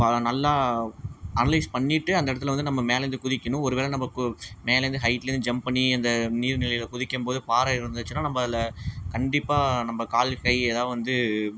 ப நல்லா அனலைஸ் பண்ணிட்டு அந்த இடத்துல வந்து நம்ம மேலேருந்து குதிக்கணும் ஒரு வேளை நம்ம கு மேலேருந்து ஹைட்லேருந்து ஜம்ப் பண்ணி அந்த நீர் நிலையில் குதிக்கும் போது பாறை இருந்துச்சின்னால் நம்ம அதில் கண்டிப்பாக நம்ம கால் கை எதாது வந்து